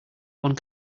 one